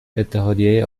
اتحادیه